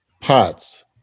POTS